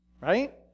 right